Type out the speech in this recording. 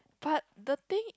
but the thing